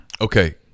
Okay